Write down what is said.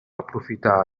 aprofitar